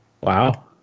wow